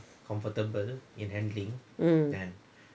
mm